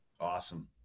Awesome